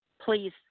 Please